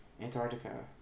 Antarctica